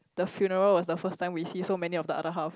the funeral was the first time we see so many of the other half